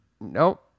Nope